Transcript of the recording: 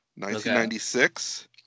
1996